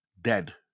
Dead